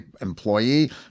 employee